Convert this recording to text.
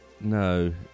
No